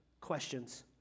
questions